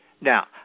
Now